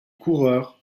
coureurs